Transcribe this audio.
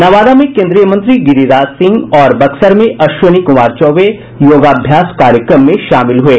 नवादा में केंद्रीय मंत्री गिरिराज सिंह और बक्सर में अश्विनी कुमार चौबे योगाभ्यास कार्यक्रम में शामिल हुये